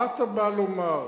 מה אתה בא לומר?